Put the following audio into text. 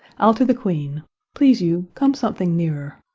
i'll to the queen please you come something nearer.